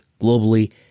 globally